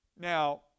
Now